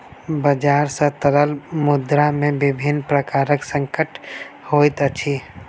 बजार सॅ तरल मुद्रा में विभिन्न प्रकारक संकट होइत अछि